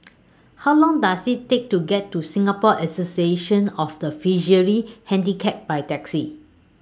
How Long Does IT Take to get to Singapore Association of The Visually Handicapped By Taxi